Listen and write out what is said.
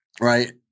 right